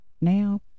now